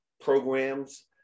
programs